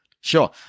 sure